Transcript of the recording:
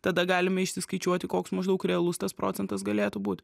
tada galime išsiskaičiuoti koks maždaug realus tas procentas galėtų būti